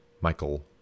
Michael